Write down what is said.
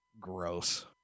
Gross